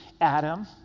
Adam